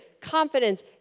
confidence